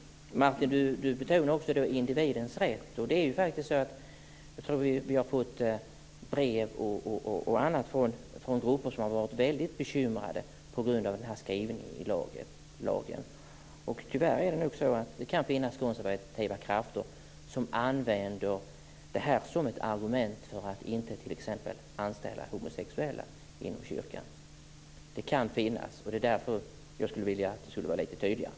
Martin betonar också individens rätt. Det är faktiskt så att vi har fått brev och annat från grupper som har varit väldigt bekymrade på grund av den här skrivningen i lagen. Tyvärr kan det nog finnas konservativa krafter som använder den som ett argument för att inte t.ex. anställa homosexuella inom kyrkan. Det kan finnas, och därför skulle jag vilja att det var lite tydligare.